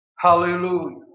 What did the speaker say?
Hallelujah